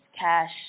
cash